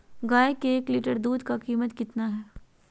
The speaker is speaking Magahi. गाय के एक लीटर दूध का कीमत कितना है?